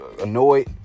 annoyed